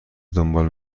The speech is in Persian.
دنبال